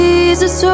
Jesus